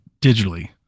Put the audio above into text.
digitally